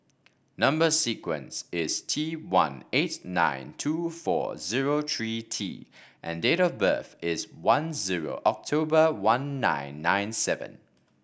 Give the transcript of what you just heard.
number sequence is T one eight nine two four zero three T and date of birth is one zero October one nine nine seven